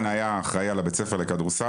בן היה האחראי על הבית ספר לכדורסל,